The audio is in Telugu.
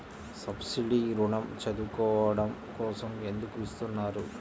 సబ్సీడీ ఋణం చదువుకోవడం కోసం ఎందుకు ఇస్తున్నారు?